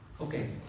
Okay